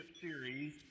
series